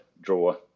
draw